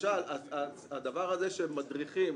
למשל הדבר הזה שמדריכים,